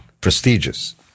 prestigious